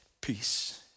peace